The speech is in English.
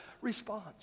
response